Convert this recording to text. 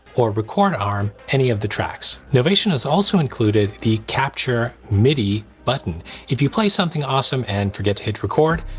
or record arm any of the tracks. novation has also included the capture midi button if you play something awesome and forget to hit record,